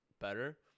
better